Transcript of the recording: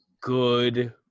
Good